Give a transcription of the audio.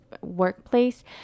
workplace